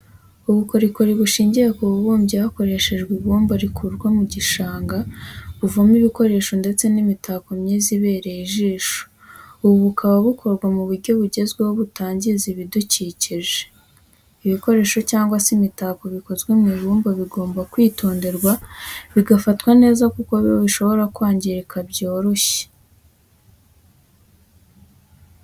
Ubukorikori bushingiye ku bubumbyi hakoreshejwe ibumba rikurwa mu gishanga, buvamo ibikoresho ndetse n'imitako myiza ibereye ijisho, ubu bukaba bukorwa mu buryo bugezweho butangiza ibidukikije. Ibikoresha cyangwa se imitako bikozwe mu ibumba bigomba kwitonderwa bigafatwa neza kuko bishobora kwangirika byoroshye.